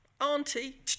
Auntie